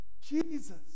Jesus